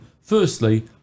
Firstly